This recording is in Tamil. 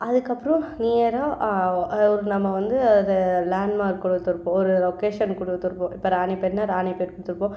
அதற்கப்பறம் நியராக அவரு நம்ம வந்து அதை லேண்ட்மார்க் கொடுத்துருப்போம் இல்லை லொக்கேஷன் கொடுத்துருப்போம் இப்போ ராணிபேட்னா ராணிபேட் கொடுத்துருப்போம்